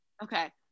Okay